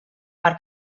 per